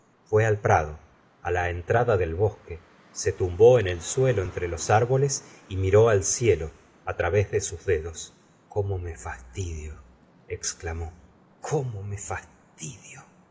fué al prado á la entrada del bosque se tumbó en el suelo entre los árboles y miró al cielo través de sus dedos cómo me fastidio exclamó icómo me fas